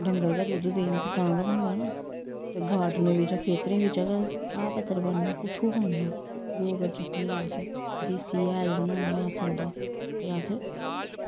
डंगर गै दुद्ध देन ते तां गै बनदा ना ते गार्डन बिच्च खेत्तरें बिच्चा गै घाह् पत्तर बनना कुत्थूं बनना गोबर सुट्टने अस देसी हैल बनान्ने आं अस उं'दा ते अस